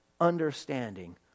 understanding